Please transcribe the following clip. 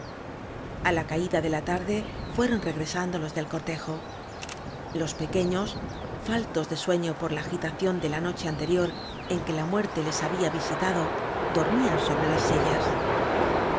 vega a la caída de la tarde fueron regresando los del cortejo los pequeños faltos de sueño por la agita ción de la noche anterior en que la muerte les había visitado dormían sobre las sillas